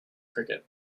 cricket